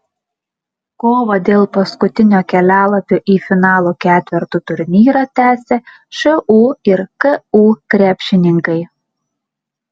kovą dėl paskutinio kelialapio į finalo ketverto turnyrą tęsia šu ir ku krepšininkai